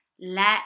let